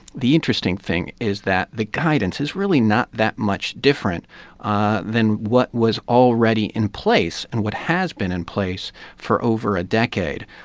the interesting thing is that the guidance is really not that much different ah than what was already in place and what has been in place for over a decade.